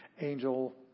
angel